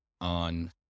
on